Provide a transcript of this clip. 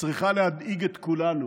צריכה להדאיג את כולנו,